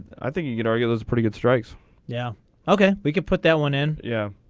i think you can argue is pretty good strikes yeah okay we could put that one in yeah.